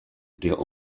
der